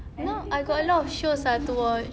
you know I've got a lot of shows I have to watch